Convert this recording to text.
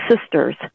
sisters